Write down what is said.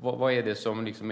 var hakarna finns.